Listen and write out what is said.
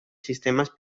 sistemas